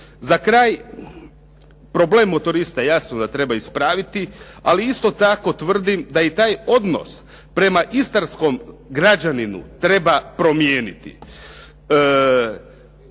Za kraj, problem motorista jasno da treba ispraviti. Ali isto tako tvrdim da i taj odnos prema istarskom građaninu treba promijeniti.